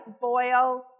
boil